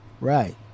right